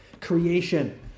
creation